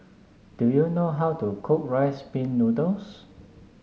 do you know how to cook Rice Pin Noodles